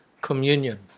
communion